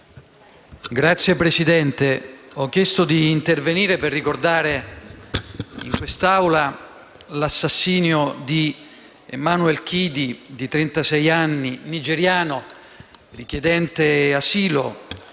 Signor Presidente, ho chiesto di intervenire per ricordare in quest'Aula l'assassino di Emmanuel Chidi, di trentasei anni, nigeriano, richiedente asilo,